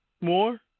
more